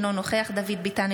אינו נוכח דוד ביטן,